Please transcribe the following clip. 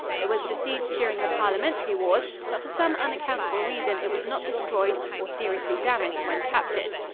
it was besieged during the parliamentary wars, but for some unaccountable reason it was not destroyed or seriously damaged when captured.